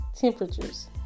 temperatures